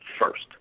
first